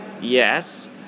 Yes